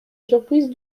surprise